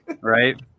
right